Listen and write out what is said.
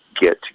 get